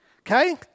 Okay